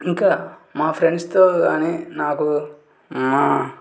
ఇంకా మా ఫ్రెండ్స్తో కాని నాకు మా